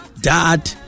dad